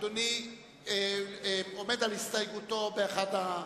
אדוני עומד על הסתייגותו, נכון.